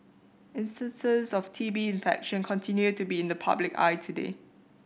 instances of T B infection continue to be in the public eye today